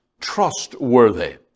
trustworthy